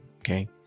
okay